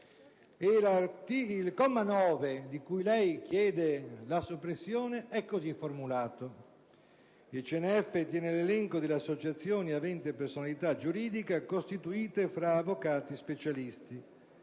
il comma 9 di cui lei chiede la soppressione è così formulato: «Il CNF tiene l'elenco delle associazioni aventi personalità giuridica costituite fra avvocati specialisti,